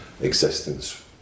existence